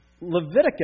Leviticus